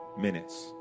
minutes